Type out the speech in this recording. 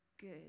good